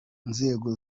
nzego